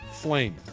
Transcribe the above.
flame